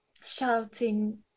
shouting